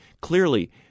clearly